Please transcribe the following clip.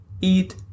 eat